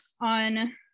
on